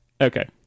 Okay